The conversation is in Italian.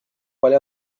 quale